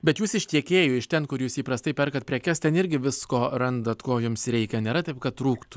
bet jūs iš tiekėjų iš ten kur jūs įprastai perkat prekes ten irgi visko randat ko jums reikia nėra taip kad trūktų